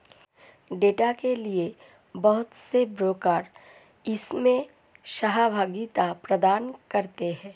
data के लिये बहुत से ब्रोकर इसमें सहभागिता प्रदान करते हैं